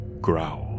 growl